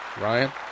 Ryan